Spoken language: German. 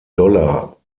dollar